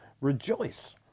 Rejoice